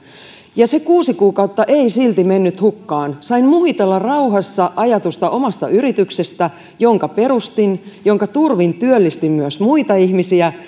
ja se kuusi kuukautta ei silti mennyt hukkaan sain muhitella rauhassa ajatusta omasta yrityksestä jonka perustin jonka turvin työllistin myös muita ihmisiä